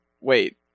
Wait